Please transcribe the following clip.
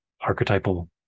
archetypal